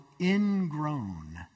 ingrown